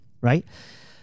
right